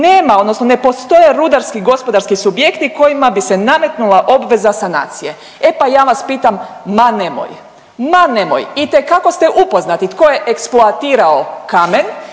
nema odnosno ne postoje rudarski gospodarski subjekti kojima bi se nametnula obveza sanacije. E pa ja vas pitam ma nemoj, na nemoj. Itekako ste upoznati tko je eksploatirao kamen